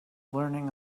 learning